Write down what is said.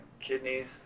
kidneys